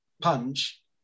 punch